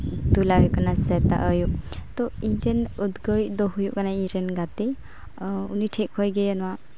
ᱫᱩᱞᱟᱜ ᱦᱩᱭᱩᱜ ᱡᱟᱱᱟ ᱥᱮᱛᱟᱜ ᱟᱹᱭᱩᱵ ᱛᱳ ᱤᱧᱨᱮᱱ ᱩᱫᱽᱜᱟᱹᱣᱤᱡ ᱫᱚ ᱦᱩᱭᱩᱜ ᱠᱟᱱᱟᱭ ᱤᱧᱨᱮᱱ ᱜᱟᱛᱮ ᱩᱱᱤ ᱴᱷᱮᱱ ᱡᱷᱚᱱ ᱜᱮ ᱱᱚᱣᱟ